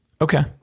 Okay